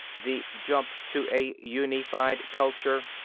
the jump to a unified culture.